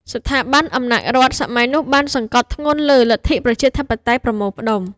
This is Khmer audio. ស្ថាប័នអំណាចរដ្ឋសម័យនោះបានសង្កត់ធ្ងន់លើ "លទ្ធិប្រជាធិបតេយ្យប្រមូលផ្តុំ"។